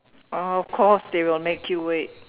of course they will make you wait